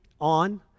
on